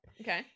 okay